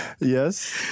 Yes